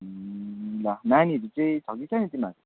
ल नानीहरू चाहिँ छ कि छैन तिमीहरूको